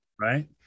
Right